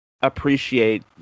appreciate